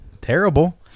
terrible